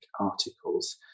articles